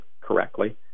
correctly